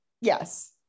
Yes